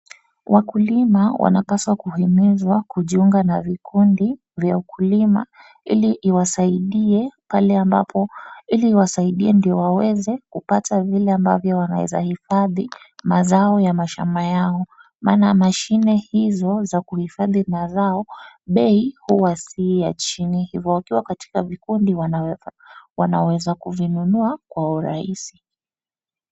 Wakulima wanapaswa kuhimizwa kujiunga na vikundi vya ukulima ili iwasaindie ndio waweze kupaa vile ambavyo wanaeza hifadhi mazao ya mashamba yao. Maana mashine hizo za kuhifadhi mazao, bei huwa sii ya chini. Hivo wakiwa katika vikundi wanaweza kuvinunua kwa urahisi.